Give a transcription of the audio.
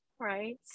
Right